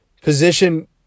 Position